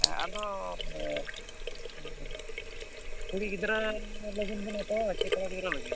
ᱦᱮᱸ ᱟᱫᱚ ᱠᱩᱲᱤ ᱜᱤᱫᱽᱨᱟᱹ ᱞᱟᱹᱜᱤᱫ ᱵᱤᱱ ᱦᱟᱛᱟᱣᱟ ᱥᱮ ᱠᱚᱲᱟ ᱜᱤᱫᱽᱨᱟᱹ ᱞᱟᱹᱜᱤᱫ